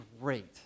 great